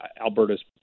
Alberta's